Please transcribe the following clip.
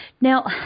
Now